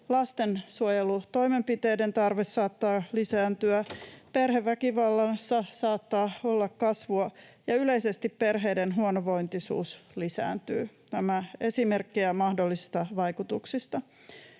lastensuojelutoimenpiteiden tarve saattaa lisääntyä, perheväkivallassa saattaa olla kasvua ja yleisesti perheiden huonovointisuus lisääntyy — nämä esimerkkeinä mahdollisista vaikutuksista.